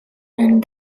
and